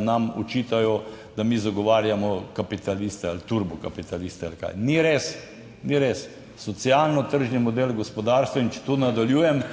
nam očitajo, da mi zagovarjamo kapitaliste ali turbokapitaliste ali kaj. Ni res, ni res, socialno-tržni model gospodarstva. In če tu nadaljujem